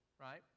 right